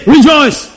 Rejoice